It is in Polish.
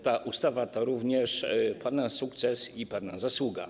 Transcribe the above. Ta ustawa to również pana sukces i pana zasługa.